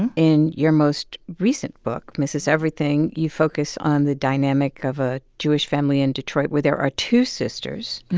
and in your most recent book, mrs. everything, you focus on the dynamic of a jewish family in detroit where there are two sisters.